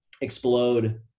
explode